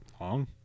Long